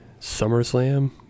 SummerSlam